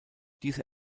diese